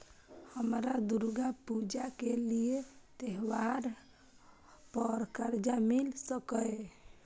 हमरा दुर्गा पूजा के लिए त्योहार पर कर्जा मिल सकय?